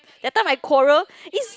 later my quarrel it's